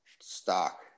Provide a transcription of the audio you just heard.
stock